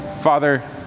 Father